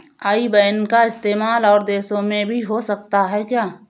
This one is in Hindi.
आई बैन का इस्तेमाल और देशों में भी हो सकता है क्या?